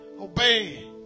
obey